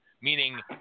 meaning